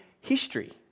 history